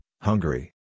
Hungary